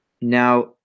now